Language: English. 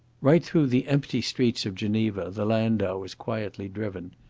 right through the empty streets of geneva the landau was quietly driven.